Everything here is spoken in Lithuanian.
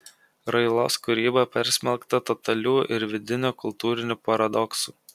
railos kūryba persmelkta totalių ir vidinių kultūrinių paradoksų